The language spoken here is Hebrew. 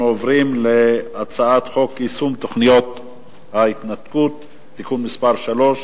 אנחנו עוברים להצעת חוק יישום תוכנית ההתנתקות (תיקון מס' 3)